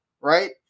right